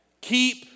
Keep